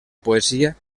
poesia